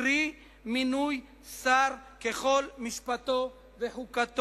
קרי, מינוי שר ככל משפטו וחוקתו".